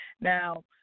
Now